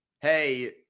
hey